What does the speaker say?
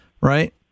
Right